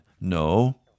No